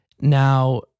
Now